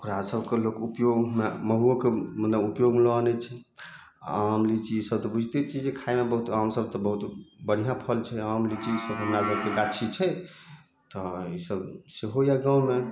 ओकरा सबके लोक उपयोगमे महुओके मतलब उपयोगमे लऽ आनै छै आम लिच्ची सब तऽ बुझिते छिए जे खाइमे बहुत आमसब तऽ बहुत बढ़िआँ फल छै आम लिच्ची ईसब हमरासभकेँ गाछी छै तऽ ईसब सेहो यऽ गाममे